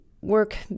work